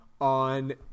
on